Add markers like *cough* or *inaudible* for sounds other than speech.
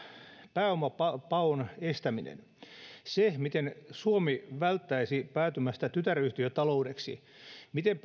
pääomapaon estäminen se miten suomi välttäisi päätymästä tytäryhtiötaloudeksi miten *unintelligible*